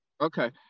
okay